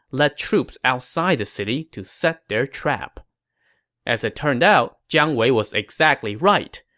led troops outside the city to set their trap as it turned out, jiang wei was exactly right.